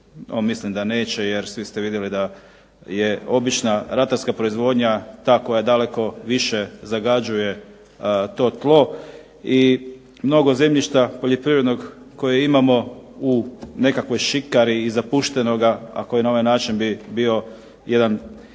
Mislim da neće, jer svi ste vidjeli da obična ratarska proizvodnja ta koja daleko više zagađuje to tlo i mnogo zemljišta poljoprivrednog u nekakvoj šikari zapuštenog ako je na ovaj način bi bio jedno